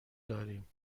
داریم